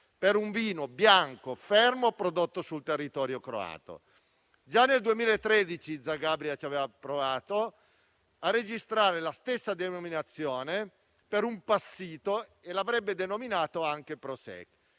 per un vino bianco fermo prodotto sul territorio croato. Già nel 2013 Zagabria aveva provato a registrare la stessa denominazione per un passito e l'avrebbe denominato anche "Prosek"*.*